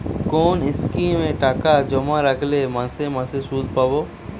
কোন স্কিমে টাকা জমা রাখলে মাসে মাসে সুদ পাব?